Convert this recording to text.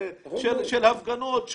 של הפגנות,